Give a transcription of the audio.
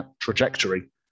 trajectory